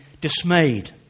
dismayed